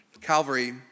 Calvary